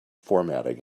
formatting